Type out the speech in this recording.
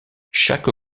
chaque